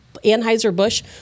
anheuser-busch